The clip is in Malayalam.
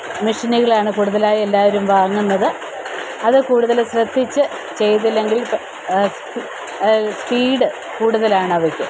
മെഷീനുകൾ ആണ് കൂടുതലായി എല്ലാവരും വാങ്ങുന്നത് അത് കൂടുതല് ശ്രദ്ധിച്ച് ചെയ്തില്ലെങ്കിൽ സ്പീഡ് കൂടുതലാണ് അവയ്ക്ക്